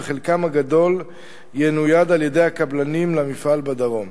וחלקם הגדול ינויד על-ידי הקבלנים למפעל בדרום.